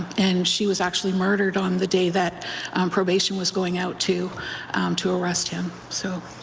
and she was actually murdered on the day that probation was going out to to arrest him. so